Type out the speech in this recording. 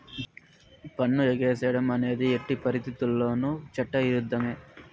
పన్ను ఎగేసేడం అనేది ఎట్టి పరిత్తితుల్లోనూ చట్ట ఇరుద్ధమే